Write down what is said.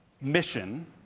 mission